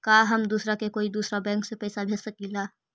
का हम दूसरा के कोई दुसरा बैंक से पैसा भेज सकिला?